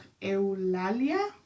Eulalia